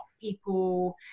people